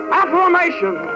affirmation